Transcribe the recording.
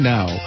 Now